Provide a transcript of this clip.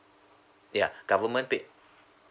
yeah government paid